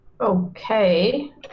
Okay